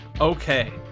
Okay